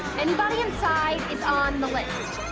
anybody inside is on the list.